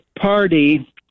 party